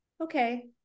Okay